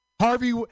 Harvey